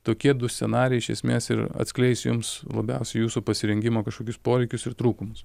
tokie du scenarijai iš esmės ir atskleis jums labiausiai jūsų pasirengimo kažkokius poreikius ir trūkumus